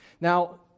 Now